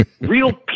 real